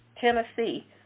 Tennessee